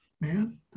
man